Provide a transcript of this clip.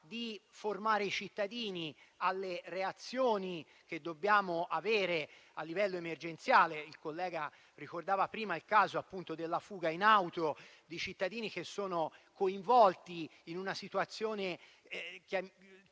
di formare i cittadini alle reazioni che bisogna avere in situazioni emergenziali. Il collega ricordava prima il caso della fuga in auto di cittadini coinvolti in una situazione di